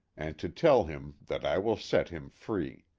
and to tell him that i will set him free.